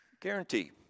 Guarantee